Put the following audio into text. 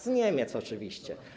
Z Niemiec oczywiście.